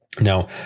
Now